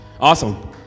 Awesome